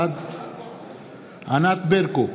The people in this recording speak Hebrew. בעד ענת ברקו,